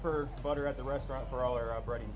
for butter at the restaurant for all or operating